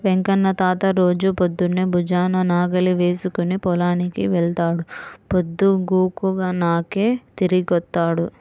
వెంకన్న తాత రోజూ పొద్దన్నే భుజాన నాగలి వేసుకుని పొలానికి వెళ్తాడు, పొద్దుగూకినాకే తిరిగొత్తాడు